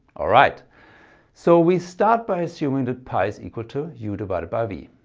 alright so we start by assuming that pi is equal to u divided by v.